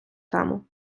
тему